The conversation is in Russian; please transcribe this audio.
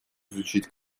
изучить